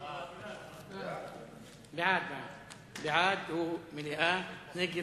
ההצעה לכלול את הנושא